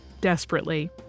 Desperately